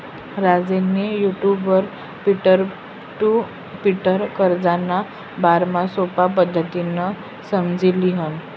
राजेंनी युटुबवर peer to peer कर्जना बारामा सोपा पद्धतीनं समझी ल्हिनं